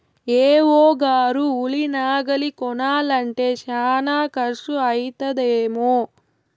AO గారు ఉలి నాగలి కొనాలంటే శానా కర్సు అయితదేమో